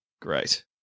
Great